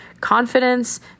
confidence